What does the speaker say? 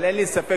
אבל אין לי ספק,